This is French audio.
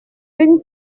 une